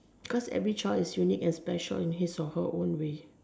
because every child is unique and special in his or her own way